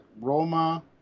Roma